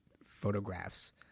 photographs